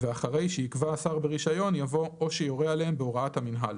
ואחרי "שיקבע השר ברישיון" יבוא "או שיורה עליהם בהוראת המינהל".